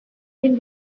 been